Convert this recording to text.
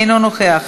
אינו נוכח,